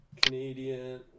Canadian